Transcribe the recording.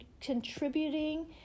contributing